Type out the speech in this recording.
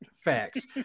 Facts